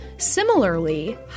Similarly